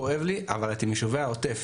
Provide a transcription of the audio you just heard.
כואב לי אבל אתם יישובי העוטף.